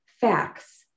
facts